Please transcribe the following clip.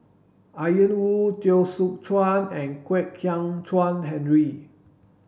Ian Woo Teo Soon Chuan and Kwek Hian Chuan Henry